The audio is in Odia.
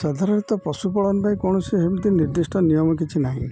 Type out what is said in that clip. ସାଧାରଣତଃ ପଶୁପାଳନ ପାଇଁ କୌଣସି ସେମିତି ନିର୍ଦ୍ଧିଷ୍ଟ ନିୟମ କିଛି ନାହିଁ